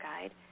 guide